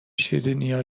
شیرینیا